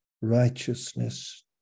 righteousness